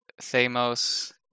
Thamos